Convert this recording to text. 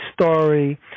story